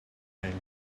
hanged